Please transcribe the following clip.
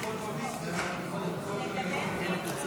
52